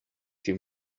few